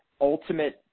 ultimate